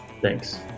thanks